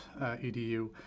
EDU